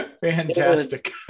Fantastic